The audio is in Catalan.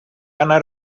anar